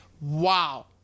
wow